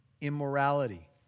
immorality